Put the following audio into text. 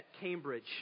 Cambridge